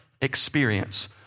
experience